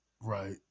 right